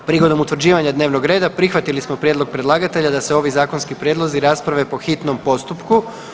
Prigodom utvrđivanja dnevnog reda prihvatili smo prijedlog predlagatelja da se ovi zakonski prijedlozi rasprave po hitnom postupku.